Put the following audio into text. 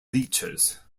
bleachers